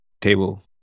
table